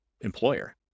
employer